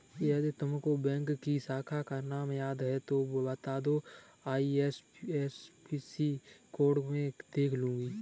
यदि तुमको बैंक की शाखा का नाम याद है तो वो बता दो, आई.एफ.एस.सी कोड में देख लूंगी